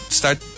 start